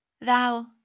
Thou